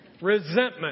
Resentment